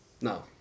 No